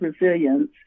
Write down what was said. resilience